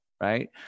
Right